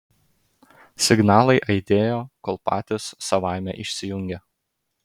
signalai aidėjo kol patys savaime išsijungė